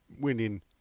winning